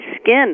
skin